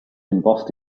embossed